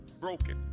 broken